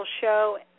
show